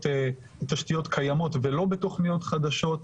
בתשתיות קיימות ולא בתוכניות חדשות.